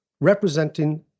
representing